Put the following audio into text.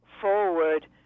forward